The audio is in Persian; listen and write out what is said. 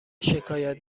شکایت